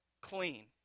clean